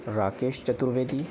Rakesh Chaturvedi